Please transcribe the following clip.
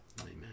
Amen